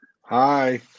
Hi